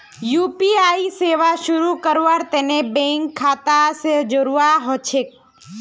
UPI सेवा शुरू करवार तने बैंक खाता स जोड़वा ह छेक